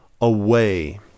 away